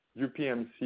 UPMC